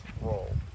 roll